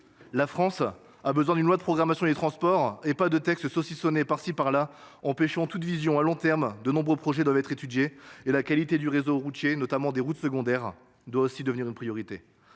La France a besoin d'une loi de programmation des transports et pas de textes saucissonnée par ci par là, en empêchant toute vision à long terme. De nombreux projets doivent être étudiés et la qualité du réseau routier, notamment des routes secondaires doit aussi devenir une priorité